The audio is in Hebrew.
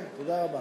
תודה רבה.